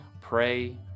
pray